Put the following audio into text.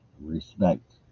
respect